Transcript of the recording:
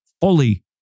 fully